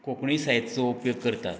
कोंकणी साहित्याचो उपयोग करतात